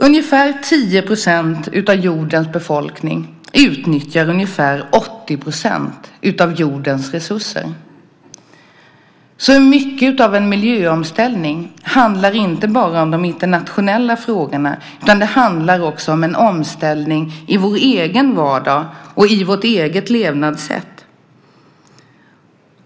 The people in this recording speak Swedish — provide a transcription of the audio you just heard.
Ungefär 10 % av jordens befolkning utnyttjar ungefär 80 % av jordens resurser. Därför handlar mycket av en miljöomställning inte bara om de internationella frågorna, utan den handlar också om en omställning i vår egen vardag och i vårt eget levnadssätt.